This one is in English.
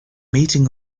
meeting